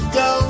go